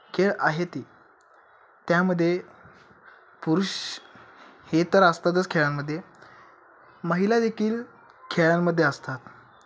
खेळ आहेत त्यामध्ये पुरुष हे तर असतातच खेळांमध्ये महिला देखील खेळांमध्ये असतात